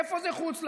איפה זה חוץ לארץ?